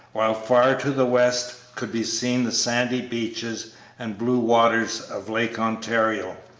while far to the west could be seen the sandy beaches and blue waters of lake ontario.